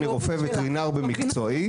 אני רופא וטרינר במקצועי,